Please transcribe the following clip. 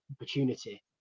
opportunity